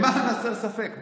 למען הסר ספק,